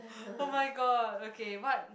oh-my-god okay what